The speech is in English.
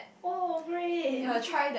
oh great